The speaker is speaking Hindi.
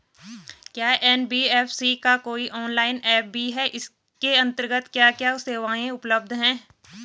क्या एन.बी.एफ.सी का कोई ऑनलाइन ऐप भी है इसके अन्तर्गत क्या क्या सेवाएँ उपलब्ध हैं?